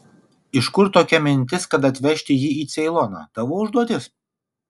iš kur tokia mintis kad atvežti jį į ceiloną tavo užduotis